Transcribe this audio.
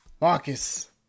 marcus